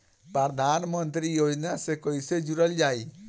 प्रधानमंत्री योजना से कैसे जुड़ल जाइ?